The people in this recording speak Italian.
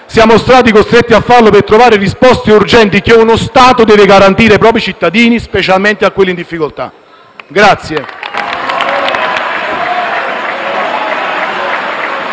siamo stati costretti a redigere per trovare le risposte urgenti che uno Stato deve garantire ai propri cittadini, specialmente a quelli in difficoltà.